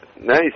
Nice